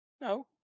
No